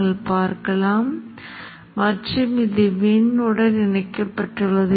இந்த மாதிரியை நாம் இங்கே பயன்படுத்தியுள்ளோம் சில வகையான செறிவூட்டல் விளைவையும் இங்கே வைத்துள்ளோம்